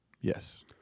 Yes